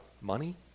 money